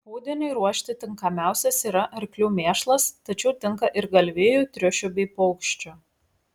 pūdiniui ruošti tinkamiausias yra arklių mėšlas tačiau tinka ir galvijų triušių bei paukščių